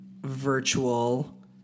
virtual